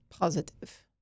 positive